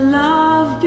love